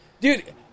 Dude